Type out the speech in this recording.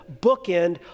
bookend